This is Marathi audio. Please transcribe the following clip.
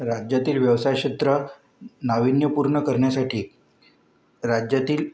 राज्यातील व्यवसाय क्षेत्र नाविन्यपूर्ण करण्यासाठी राज्यातील